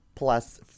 plus